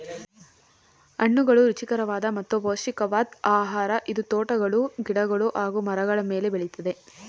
ಹಣ್ಣುಗಳು ರುಚಿಕರವಾದ ಮತ್ತು ಪೌಷ್ಟಿಕವಾದ್ ಆಹಾರ ಇದು ತೋಟಗಳು ಗಿಡಗಳು ಹಾಗೂ ಮರಗಳ ಮೇಲೆ ಬೆಳಿತದೆ